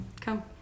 Come